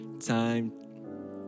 time